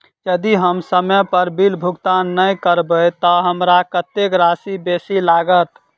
यदि हम समय पर बिल भुगतान नै करबै तऽ हमरा कत्तेक राशि बेसी लागत?